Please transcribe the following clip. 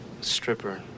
stripper